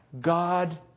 God